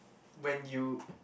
when you